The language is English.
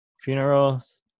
funerals